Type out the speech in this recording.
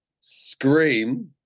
Scream